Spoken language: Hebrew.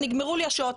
נגמרו לי השעות,